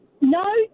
No